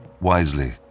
Wisely